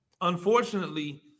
Unfortunately